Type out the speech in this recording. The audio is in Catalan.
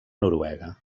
noruega